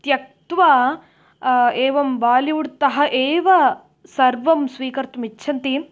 त्यक्त्वा एवं बालिवुड् तः एव सर्वं स्वीकर्तुम् इच्छन्ति